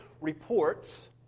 reports